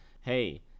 hey